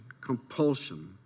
compulsion